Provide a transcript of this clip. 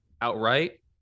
outright